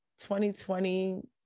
2020